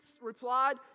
replied